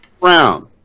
Brown